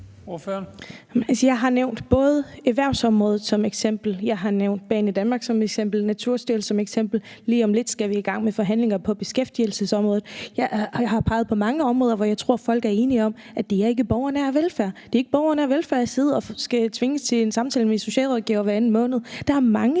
Jeg har både nævnt erhvervsområdet som eksempel, og jeg har nævnt Banedanmark og Naturstyrelsen som eksempler. Lige om lidt skal vi i gang med forhandlinger på beskæftigelsesområdet. Jeg har peget på mange områder, som jeg tror folk er enige om ikke er borgernær velfærd; det er ikke borgernær velfærd at skulle tvinges til en samtale med en socialrådgiver hver anden måned. Der er mange